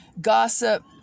gossip